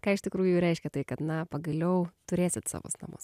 ką iš tikrųjų reiškia tai kad na pagaliau turėsit savus namus